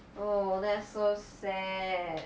oh that's so sad